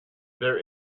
there